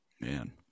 Man